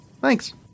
Thanks